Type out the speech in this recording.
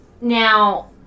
Now